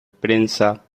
prensa